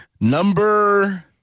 Number